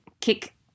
kick